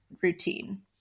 routine